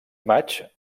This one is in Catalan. maig